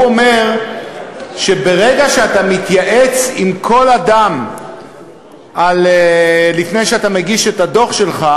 הוא אומר שברגע שאתה מתייעץ עם כל אדם לפני שאתה מגיש את הדוח שלך,